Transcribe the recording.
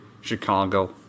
Chicago